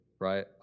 right